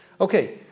Okay